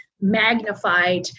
magnified